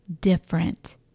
Different